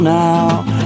now